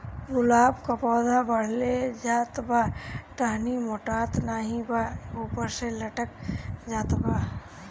गुलाब क पौधा बढ़ले जात बा टहनी मोटात नाहीं बा ऊपर से लटक जात बा?